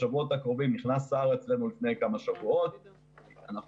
נכנס לתפקידו לפני כמה שבועות ואנחנו